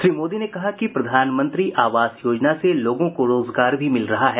श्री मोदी ने कहा कि प्रधानमंत्री आवास योजना से लोगों को रोजगार भी मिल रहा है